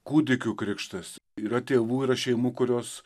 kūdikių krikštas yra tėvų yra šeimų kurios